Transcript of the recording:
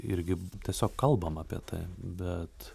irgi tiesiog kalbam apie tai bet